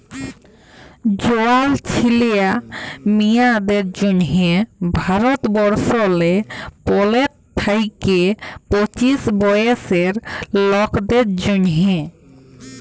জয়াল ছিলা মিঁয়াদের জ্যনহে ভারতবর্ষলে পলের থ্যাইকে পঁচিশ বয়েসের লকদের জ্যনহে